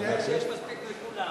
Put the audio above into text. הוא אומר שיש מספיק לכולם.